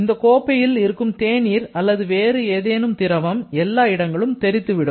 இந்த கோப்பையில் இருக்கும் தேநீர் அல்லது வேறு ஏதேனும் திரவம் எல்லா இடங்களிலும் தெறித்து விடும்